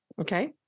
Okay